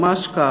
ממש כך.